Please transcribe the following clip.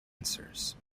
answers